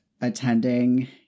attending